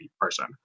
person